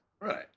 right